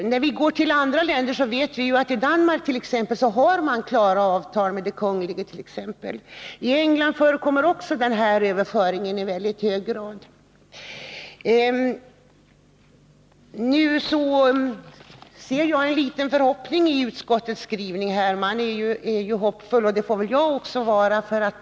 Om vi jämför med andra länder finner vi att man i Danmark har sådana avtal med Det kongelige teater t.ex. I England förekommer också sådana överföringar i stor utsträckning. Utskottet är hoppfullt i sin skrivning, och det får väl jag också vara.